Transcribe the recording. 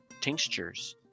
Tinctures